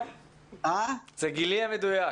זה גילי המדויק.